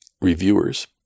reviewers